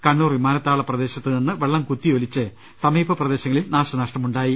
കണ്ണൂർ വിമാന താവള പ്രദേശത്ത് നിന്ന് വെള്ളം കുത്തിയൊലിച്ച് സമീപ പ്രദേശങ്ങളിൽ നാശനഷ്ടമുണ്ടായി